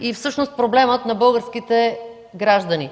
и всъщност проблемът на българските граждани